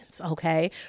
Okay